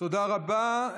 תודה רבה.